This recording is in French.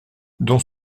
dans